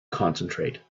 concentrate